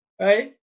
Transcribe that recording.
right